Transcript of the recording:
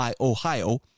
Ohio